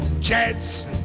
jazz